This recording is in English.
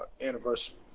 anniversary